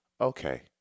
okay